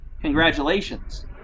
Congratulations